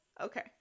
Okay